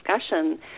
discussion